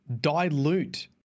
dilute